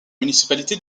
municipalité